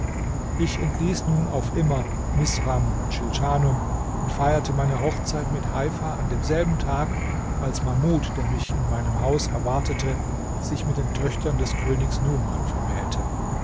ich entließ nun auf immer misram und schilschanum und feierte meine hochzeit mit heifa an demselben tag als mahmud der mich in meinem haus erwartete sich mit den töchtern des königs numan vermählte